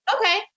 Okay